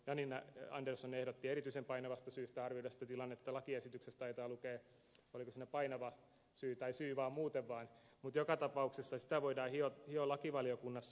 janina andersson ehdotti että erityisen painavasta syystä arvioidaan sitä tilannetta lakiesityksessä taitaa lukea oliko siinä painava syy tai syy muuten vaan mutta joka tapauksessa sitä voidaan hioa lakivaliokunnassa